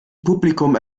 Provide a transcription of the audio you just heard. publikum